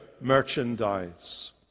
merchandise